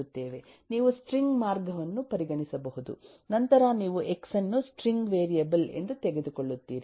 ನೀವು ಸ್ಟ್ರಿಂಗ್ ಮಾರ್ಗವನ್ನು ಪರಿಗಣಿಸಬಹುದು ನಂತರ ನೀವು ಎಕ್ಸ್ ಅನ್ನು ಸ್ಟ್ರಿಂಗ್ ವೇರಿಯಬಲ್ ಎಂದು ತೆಗೆದುಕೊಳ್ಳುತ್ತೀರಿ